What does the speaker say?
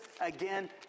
again